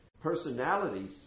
personalities